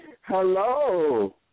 hello